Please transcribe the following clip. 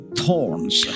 thorns